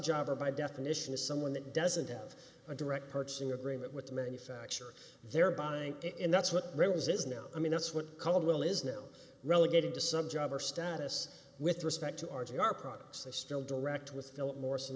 job or by definition is someone that doesn't have a direct purchasing agreement with the manufacturer they're buying it and that's what really is is now i mean that's what caldwell is now relegated to some job or status with respect to ours and our products they still direct with philip morris and